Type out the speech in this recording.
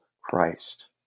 Christ